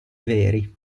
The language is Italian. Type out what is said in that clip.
veri